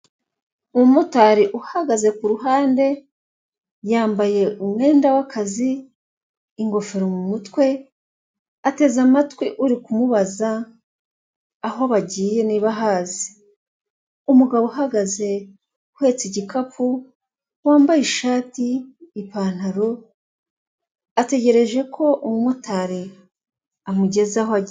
Umumotari uhagaze ku ruhande, yambaye umwenda w'akazi, ingofero mu mutwe, ateze amatwi uri kumubaza aho bagiye niba ahazi. Umugabo uhagaze uhetse igikapu wambaye ishati, ipantaro, ategereje ko umumotari amugeza aho agiye.